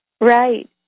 Right